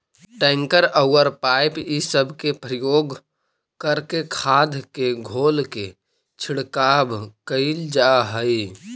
tanker औउर pipe इ सब के प्रयोग करके खाद के घोल के छिड़काव कईल जा हई